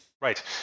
Right